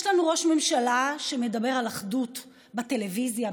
יש לנו ראש ממשלה שמדבר על אחדות בטלוויזיה,